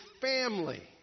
family